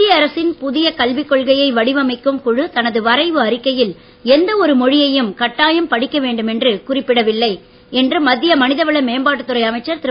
மத்திய அரசின் புதிய கல்விக் கொள்கையை வடிவமைக்கும் குழு தனது வரைவு அறிக்கையில் எந்த ஒரு மொழியையும் கட்டாயம் படிக்க வேண்டுமென்று குறிப்பிடப்படவில்லை என்று மத்திய மனிதவள மேம்பாட்டுத்துறை அமைச்சர் திரு